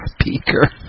speaker